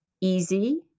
easy